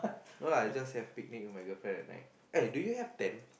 no lah I just have picnic with my girlfriend at night ah do you have tent